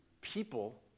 people